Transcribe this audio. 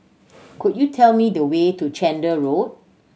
could you tell me the way to Chander Road